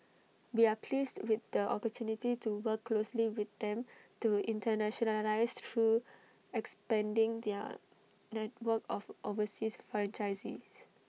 we are pleased with the opportunity to work closely with them to internationalise through expanding their network of overseas franchisees